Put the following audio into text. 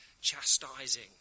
chastising